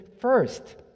first